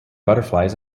butterflies